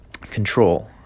control